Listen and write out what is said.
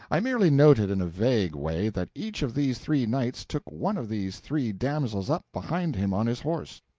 i merely noted in a vague way that each of these three knights took one of these three damsels up behind him on his horse,